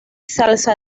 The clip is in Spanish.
salsa